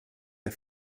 der